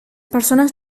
persones